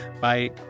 Bye